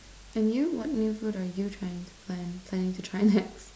and you what new food are you trying to find planning to try next